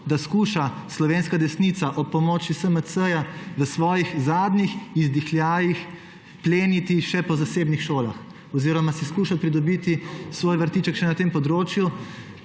da poskuša slovenska desnica ob pomoči SMC v svojih zadnjih izdihljajih pleniti še po zasebnih šolah oziroma si poskuša pridobiti svoj vrtiček še na tem področju,